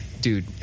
Dude